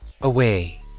away